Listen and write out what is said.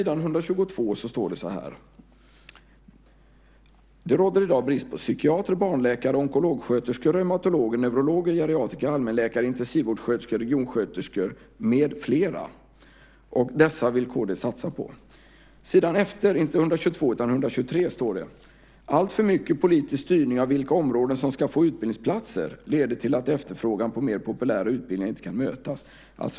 På s. 122 står det: "Det råder i dag brist på psykiatrer, barnläkare, onkologsjuksköterskor, reumatologer, neurologer, geriatriker, allmänläkare, intensivvårdssköterskor, röntgensköterskor m.fl." Dessa vill Kristdemokraterna satsa på. På s. 123 står det: "Alltför mycket politisk styrning av vilka områden som skall få utbildningsplatser leder till att efterfrågan på mer populära utbildningar inte kan mötas."